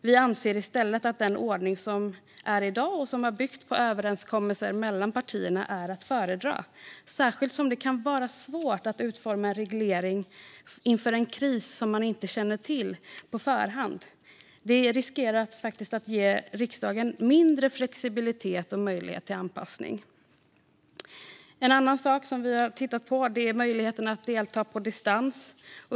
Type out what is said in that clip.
Vi anser i stället att den ordning som finns i dag och som bygger på överenskommelser mellan partierna är att föredra, särskilt som det kan vara svårt att utforma en reglering inför en kris man inte känner till på förhand. Det riskerar att ge riksdagen mindre flexibilitet och möjlighet till anpassning. En annan sak som vi har tittat på är möjligheterna att delta på distans.